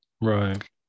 right